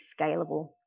scalable